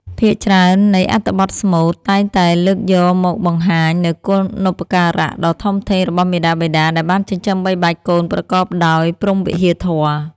ភាគច្រើននៃអត្ថបទស្មូតតែងតែលើកយកមកបង្ហាញនូវគុណូបការៈដ៏ធំធេងរបស់មាតាបិតាដែលបានចិញ្ចឹមបីបាច់កូនប្រកបដោយព្រហ្មវិហារធម៌